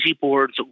boards